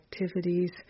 activities